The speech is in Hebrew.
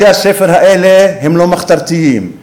בתי-הספר האלה הם לא מחתרתיים.